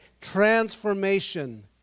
transformation